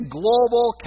global